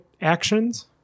actions